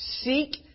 seek